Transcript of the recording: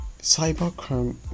cybercrime